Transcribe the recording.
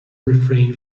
refrain